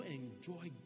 enjoy